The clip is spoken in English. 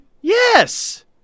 Yes